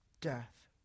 death